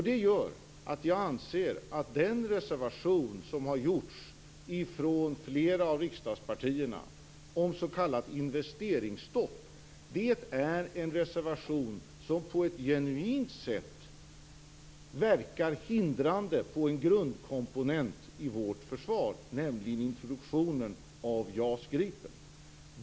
Det gör att jag anser att den reservation som flera av riksdagspartierna står bakom om ett s.k. investeringsstopp på ett genuint sätt verkar hindrande på en grundkomponent i vårt försvar, nämligen introduktionen av JAS Gripen.